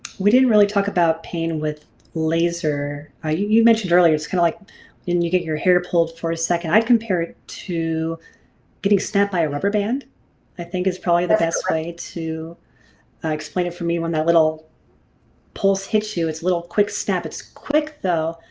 we didn't really talk about pain with laser. ah oh you mentioned earlier it's kind of like you and you get your hair pulled for a second. i'd compare it to getting snapped by a rubber band i think is probably the best way to explain it for me when that little pulse hits you it's little quick snap. it's quick though,